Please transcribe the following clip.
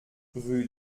rue